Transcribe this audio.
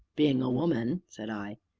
being a woman, said i.